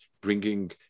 bringing